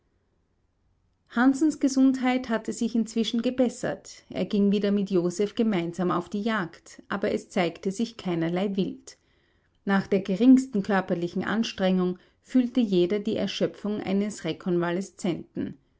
hansens gesundheit hatte sich inzwischen gebessert er ging wieder mit joseph gemeinsam auf die jagd aber es zeigte sich keinerlei wild nach der geringsten körperlichen anstrengung fühlte jeder die erschöpfung eines rekonvaleszenten